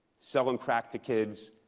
selling crack to kids,